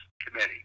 Committee